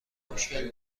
مشکل